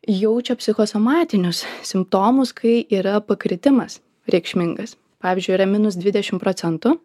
jaučia psichosomatinius simptomus kai yra pakritimas reikšmingas pavyzdžiui yra minus dvidešim procentų